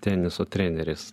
teniso treneris